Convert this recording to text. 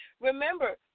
remember